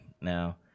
now